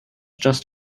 just